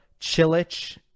Chilich